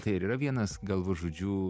tai ir yra vienas galvažudžių